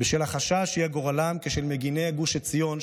בשל החשש שיהיה גורלם כשל מגיני גוש עציון,